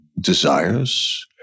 desires